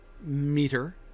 meter